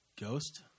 Ghost